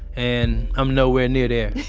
and i'm nowhere near there.